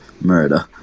Murder